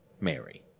Mary